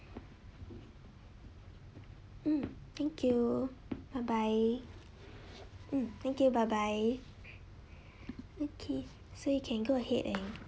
mm thank you bye bye mm thank you bye bye okay so you can go ahead and